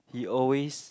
he always